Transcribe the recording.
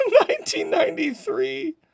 1993